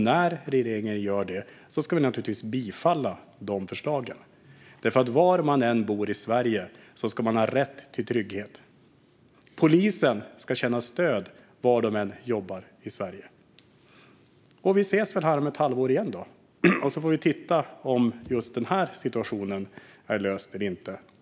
När regeringen gör det ska vi naturligtvis bifalla de förslagen, för var man än bor i Sverige ska man ha rätt till trygghet. Polisen ska känna stöd var de än jobbar i Sverige. Vi ses väl här igen om ett halvår, så får vi se om just den här situationen är löst eller inte.